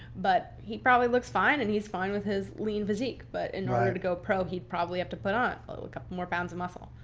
but he probably looks fine and he's fine with his lean physique. but in order to go pro he'd probably have to put on a couple more pounds of muscle.